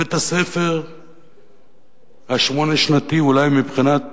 בית-הספר השמונה-שנתי, אולי מבחינת